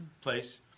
place